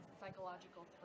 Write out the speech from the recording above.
psychological